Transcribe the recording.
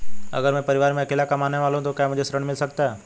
अगर मैं परिवार में अकेला कमाने वाला हूँ तो क्या मुझे ऋण मिल सकता है?